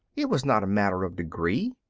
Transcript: it was not a matter of degree.